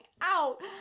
out